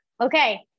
Okay